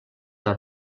una